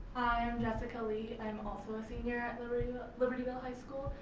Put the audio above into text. i'm jessica lee, i'm also a senior at libertyville libertyville high school.